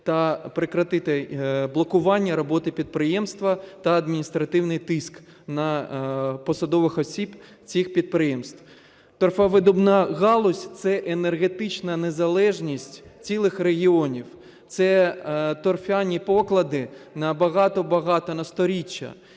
та прекратити блокування роботи підприємства та адміністративний тиск на посадових осіб цих підприємств. Торфовидобувна галузь – це енергетична незалежність цілих регіонів. Це торф'яні поклади на багато-багато, на сторіччя.